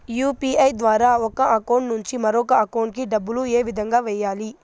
UPI ద్వారా ఒక account నుంచి మరొక అకౌంట్ కి డబ్బులు ఏ విధంగా వెయ్యాలి